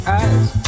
eyes